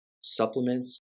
supplements